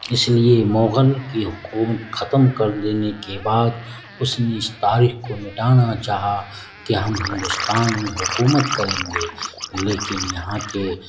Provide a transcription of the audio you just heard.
اس لیے مغل کی حکومت ختم کر دینے کے بعد اس نے اس تاریخ کو مٹانا چاہا کہ ہم ہندوستان میں حکومت کریں گے لیکن یہاں کے